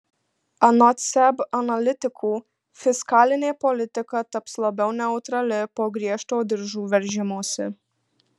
anot seb analitikų fiskalinė politika taps labiau neutrali po griežto diržų veržimosi